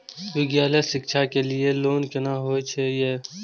विद्यालय शिक्षा के लिय लोन केना होय ये?